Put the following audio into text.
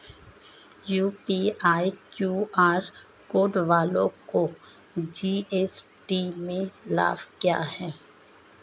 UPI QR code वालों को GST में लाभ क्या है?